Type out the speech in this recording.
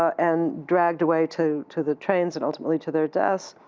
and dragged away to to the trains and ultimately to their deaths,